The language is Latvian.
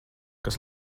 kas